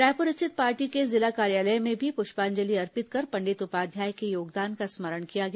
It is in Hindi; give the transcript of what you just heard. रायपुर स्थित पार्टी के जिला कार्यालय में भी पुष्पांजलि अर्पित कर पंडित उपाध्याय के योगदान का स्मरण किया गया